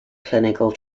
clinical